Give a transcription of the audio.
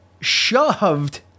shoved